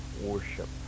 worship